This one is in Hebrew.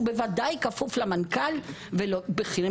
והוא ודאי כפוף למנכ"ל ולבכירים.